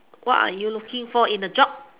what are you looking for in a job